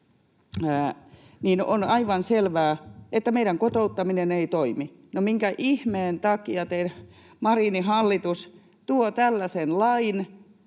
niin on aivan selvää, että meidän kotouttaminen ei toimi. No minkä ihmeen takia Marinin hallitus tuo tällaisen lain,